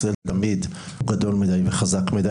תמיד הוא גדול מדי וחזק מדי.